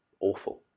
awful